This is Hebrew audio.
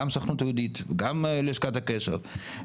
גם הסוכנות היהודית וגם לשכת הקשר,